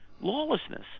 Lawlessness